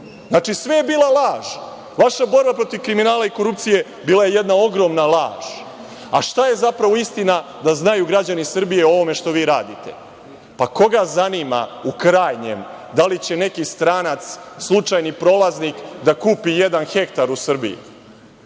Znači, sve je bilo laž. Vaša borba protiv kriminala i korupcije bila je jedna ogromna laž. Šta je zapravo istina, da znaju građani Srbije o ovome šta vi radite? Pa, koga zanima, u krajnjem, da li će neki stranac, slučajni prolaznik da kupi 1 ha u Srbiji